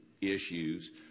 issues